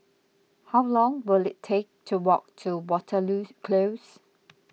how long will it take to walk to Waterloo Close